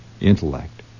intellect